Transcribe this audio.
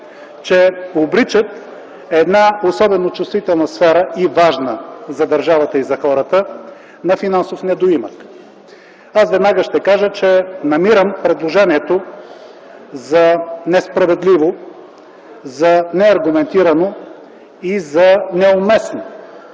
че обричат една особено чувствителна и важна сфера за държавата и за хората на финансов недоимък. Аз веднага ще кажа, че намирам предложението за несправедливо, за неаргументирано и за неуместно.